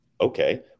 Okay